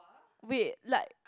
wait like